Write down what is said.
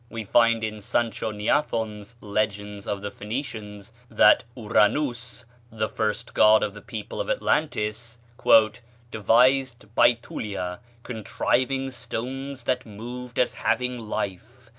we find in sanchoniathon's legends of the phoenicians that ouranus, the first god of the people of atlantis, devised baetulia, contriving stones that moved as having life,